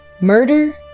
Murder